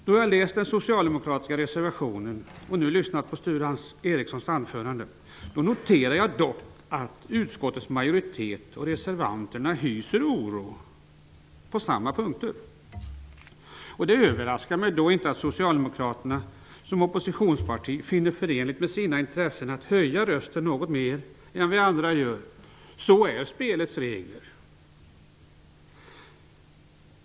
Då jag läst den socialdemokratiska reservationen och nu lyssnat på Sture Ericsons anförande noterar jag att utskottets majoritet och reservanterna hyser oro på samma punkter. Det överraskar mig inte att socialdemokraterna som opppositionsparti finner det förenligt med sina intressen att höja rösten något mer än vi andra gör -- sådana är spelets regler.